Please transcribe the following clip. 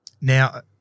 Now